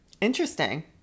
Interesting